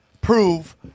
prove